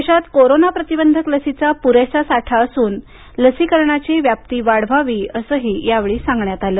देशात कोरोना प्रतिबंधक लसीचा पुरेसा साठ असून लसीकरणाची व्याप्ती वाढववी असंही यावेळी सांगण्यात आलं